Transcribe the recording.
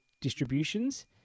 distributions